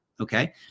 Okay